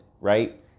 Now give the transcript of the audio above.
right